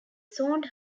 zoned